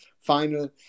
final